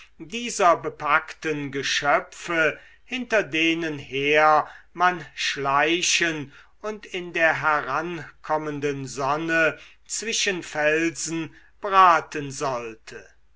dieser bepackten geschöpfe hinter denen her man schleichen und in der herankommenden sonne zwischen felsen braten sollte